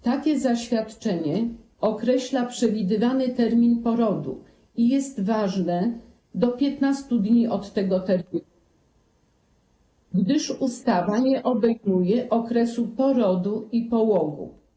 Takie zaświadczenie określa przewidywany termin porodu i jest ważne do 15 dni od tego terminu, gdyż ustawa nie obejmuje okresu porodu i połogu.